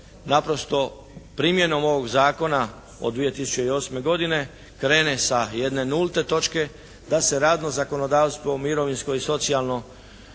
naprosto primjenom ovog zakona od 2008. godine krene sa jedne nulte točke, da se radno zakonodavstvo, mirovinsko i socijalno